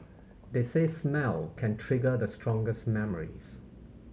they say smell can trigger the strongest memories